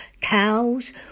cows